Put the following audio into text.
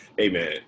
Amen